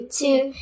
two